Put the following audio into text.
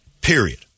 Period